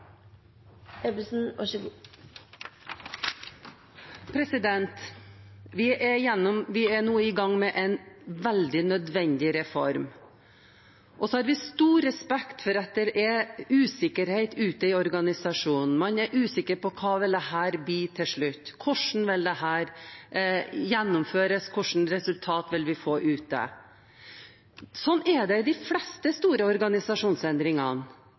nå i gang med en veldig nødvendig reform. Vi har stor respekt for at det er usikkerhet ute i organisasjonen. Man er usikker på hva dette vil bli til slutt: Hvordan vil dette gjennomføres? Hva slags resultat vil vi få ute? Sånn er det ved de fleste store